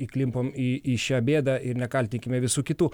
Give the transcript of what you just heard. įklimpom į šią bėdą ir nekaltinkime visu kitu